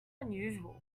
unusual